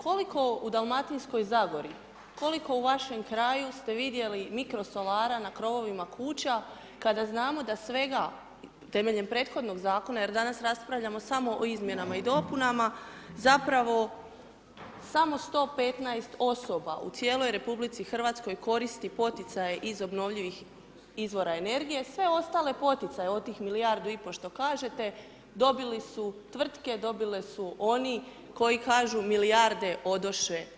Koliko u Dalmatinskoj zagori, koliko u vašem kraju ste vidjeli mikrosolara na krovovima kuća kada znamo da svega, temeljem prethodnog zakona, jer danas raspravljamo samo o izmjenama i dopunama, zapravo samo 115 osoba u cijeloj RH koristi poticaje iz obnovljivih izvora energije, sve ostale poticaje od tih milijardu i po što kažete dobili su tvrtke dobili su oni koji kažu milijarde odoše u vjetar.